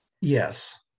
Yes